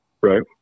Right